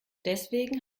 deswegen